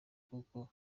kuko